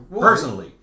personally